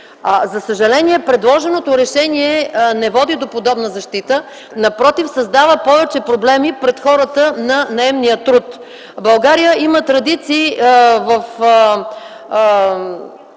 За съжаление, предложеното решение не води до подобна защита. Напротив, създава повече проблеми пред хората на наемния труд. В България има традиции в